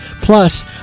Plus